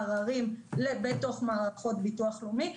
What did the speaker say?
עררים בתוך מערכות ביטוח לאומי,